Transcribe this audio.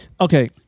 okay